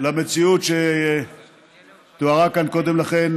למציאות שתוארה כאן קודם לכן,